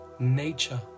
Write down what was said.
Nature